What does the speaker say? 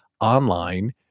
online